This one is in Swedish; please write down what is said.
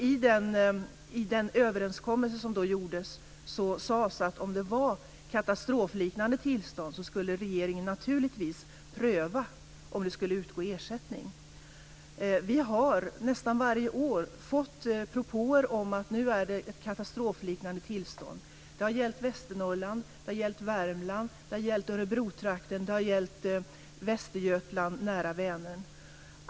I den överenskommelse som träffades sades det att om det var katastrofliknande tillstånd skulle regeringen naturligtvis pröva om det skulle utgå ersättning. Vi har nästan varje år fått propåer om att det nu är ett katastrofliknande tillstånd. Det har gällt Västernorrland, Värmland, Örebrotrakten och Västergötland nära Vänern.